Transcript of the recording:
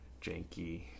janky